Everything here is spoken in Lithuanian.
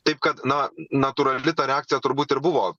taip kad na natūrali ta reakcija turbūt ir buvo